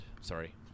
Sorry